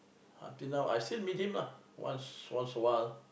until now I still meet him lah once awhile